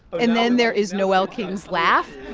and then there is noel king's laugh